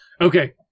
Okay